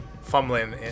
fumbling